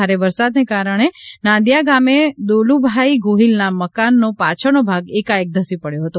ભારે વરસાદને કારણે નાંદિયા ગામે દોલુભાઈ ગોહિલના મકાનનો પાછળનો ભાગ એકાએક ધસી પડ્યો હતો